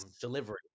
Delivery